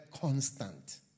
constant